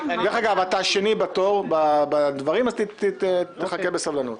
דרך אגב, אתה הדובר השני אז תחכה בסבלנות.